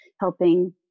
helping